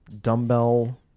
dumbbell